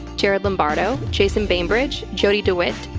jared lombardo, chasen bainbridge. jodi dewitt,